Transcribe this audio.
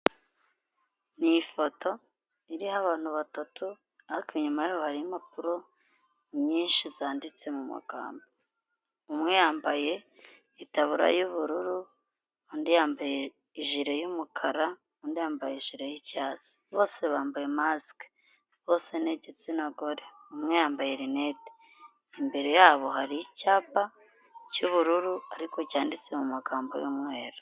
Ni ifoto iriho abantu batatu ariko inyuma yabo hariho impapuro nyinshi zanditse mugambo. umwe yambaye itaburiya y'ubururu, undi yambaye ijire y'umukara, undi yambaye jire y'icyatsi. Bose bambaye masike, bose ni igitsina gore, umwe yambaye rineti, imbere yabo hari icyapa cy'ubururu ariko cyanditse mu magambo y'umweru.